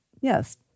yes